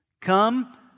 Come